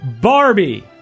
Barbie